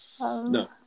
No